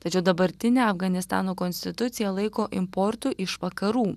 tačiau dabartinė afganistano konstitucija laiko importu iš vakarų